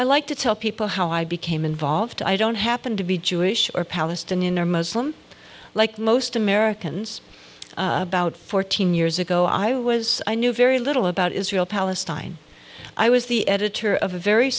i like to tell people how i became involved i don't happen to be jewish or palestinian or muslim like most americans about fourteen years ago i was i knew very little about israel palestine i was the editor of a very